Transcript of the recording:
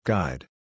Guide